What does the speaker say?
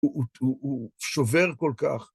הוא שובר כל כך.